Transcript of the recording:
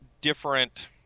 different